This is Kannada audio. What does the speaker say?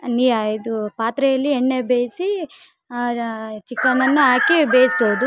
ನೀಯ ಇದು ಪಾತ್ರೆಯಲ್ಲಿ ಎಣ್ಣೆ ಬೇಯಿಸಿ ಚಿಕನನ್ನು ಹಾಕಿ ಬೇಸೋದು